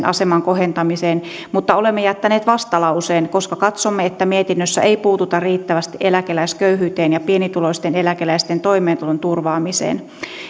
aseman kohentamiseen mutta olemme jättäneet vastalauseen koska katsomme että mietinnössä ei puututa riittävästi eläkeläisköyhyyteen ja pienituloisten eläkeläisten toimeentulon turvaamiseen